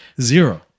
Zero